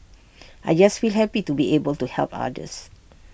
I just feel happy to be able to help others